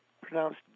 pronounced